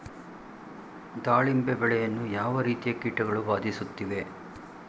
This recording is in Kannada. ದಾಳಿಂಬೆ ಬೆಳೆಯನ್ನು ಯಾವ ರೀತಿಯ ಕೀಟಗಳು ಬಾಧಿಸುತ್ತಿವೆ?